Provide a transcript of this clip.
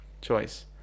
choice